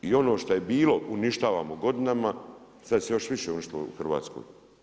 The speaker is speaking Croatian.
I ono što je bilo uništavamo godinama, sada se još više uništilo u Hrvatskoj.